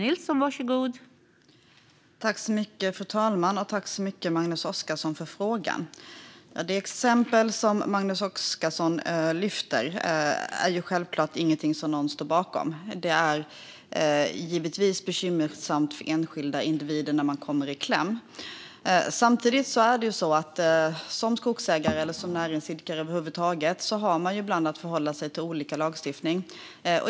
Fru talman! Tack, Magnus Oscarsson, för frågan! Det exempel som Magnus Oscarsson tar upp är naturligtvis inget som någon står bakom. Det är givetvis bekymmersamt för enskilda individer när de kommer i kläm. Samtidigt har man som skogsägare och som näringsidkare ibland att förhålla sig till olika lagstiftning.